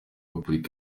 repubulika